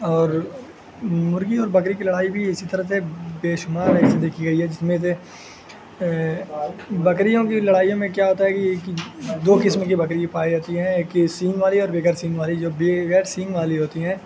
اور مرغی اور بکری کی لڑائی بھی اسی طرح سے بےشمار ایسی دیکھی گئی ہے جس میں سے بکریوں کی لڑائیوں میں کیا ہوتا ہے کہ دو قسم کی بکری پائی جاتی ہیں ایک سینگ والی اور بغیر سینگ والی جو بغیر سینگ والی ہوتی ہیں